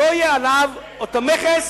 שלא יהיה עליו אותו מכס,